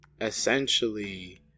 essentially